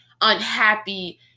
unhappy